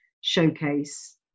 showcase